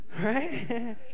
Right